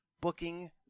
Booking